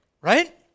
right